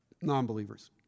non-believers